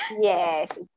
yes